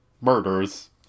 murders